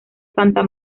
santa